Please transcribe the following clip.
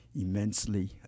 immensely